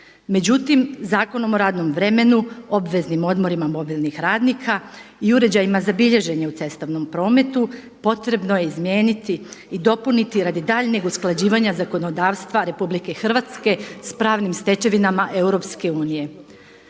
Međutim, Zakonom o radnom vremenu obveznim odmorima mobilnih radnika i uređajima za bilježenje u cestovnom prometu, potrebno je izmijeniti i dopuniti radi daljnjeg usklađivanja zakonodavstva RH sa pravnim stečevinama EU.